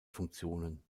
funktionen